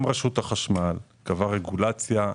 וגם רשות החשמל קבעה רגולציה,